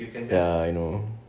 ya I know